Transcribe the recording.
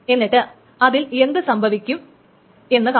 എന്നിട്ട് അതിൽ എന്തു സംഭവിക്കാം എന്ന് കാണാം